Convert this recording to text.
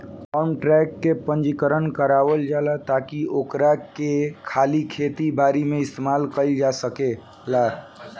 form truck के पंजीकरण करावल जाला ताकि ओकरा के खाली खेती बारी में इस्तेमाल कईल जा सकेला